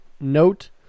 note